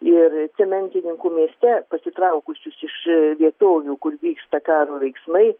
ir cementininkų mieste pasitraukusius iš vietovių kur vyksta karo veiksmai